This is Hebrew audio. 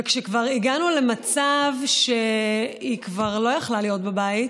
וכשכבר הגענו למצב שהיא לא יכלה להיות בבית